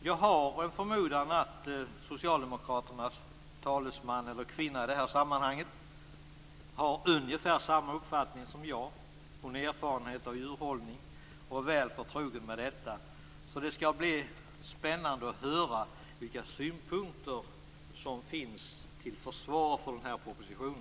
Jag förmodar att socialdemokraternas taleskvinna har ungefär samma uppfattning och erfarenhet av djurhållning som jag. Hon är väl förtrogen med detta. Det skall bli spännande att höra vilka synpunkter som finns till försvar för denna proposition.